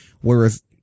Whereas